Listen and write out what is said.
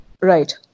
Right